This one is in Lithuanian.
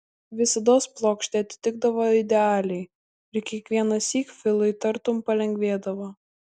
visados plokštė atitikdavo idealiai ir kiekvienąsyk filui tartum palengvėdavo